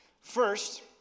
First